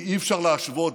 כי אי-אפשר להשוות,